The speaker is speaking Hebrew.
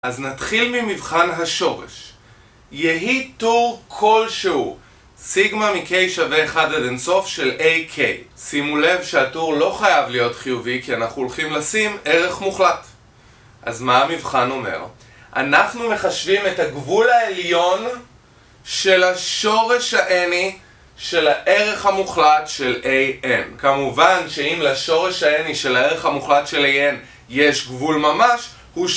אז נתחיל ממבחן השורש יהי טור כלשהו סיגמא מ-k שווה 1 עד אינסוף של a,k שימו לב שהתור לא חייב להיות חיובי כי אנחנו הולכים לשים ערך מוחלט. אז מה המבחן אומר? אנחנו מחשבים את הגבול העליון של השורש הnי של הערך המוחלט של a,n כמובן שאם לשורש הnי של הערך המוחלט של a,n יש גבול ממש